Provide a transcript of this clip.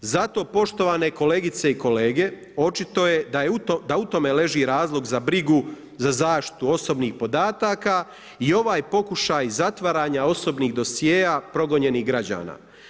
Zato poštovane kolegice i kolege, očito je da u tome leži razlog za brigu za zaštitu osobnih podataka i ovaj pokušaj zatvaranja osobnih dosjea progonjenih građana.